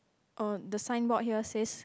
uh the signboard here says